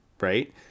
right